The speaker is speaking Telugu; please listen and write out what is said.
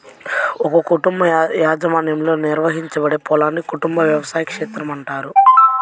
ఒక కుటుంబ యాజమాన్యంలో నిర్వహించబడే పొలాన్ని కుటుంబ వ్యవసాయ క్షేత్రం అంటారు